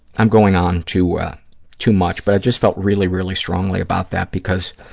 i'm going on too too much, but i just felt really, really strongly about that because,